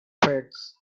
press